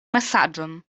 mesaĝon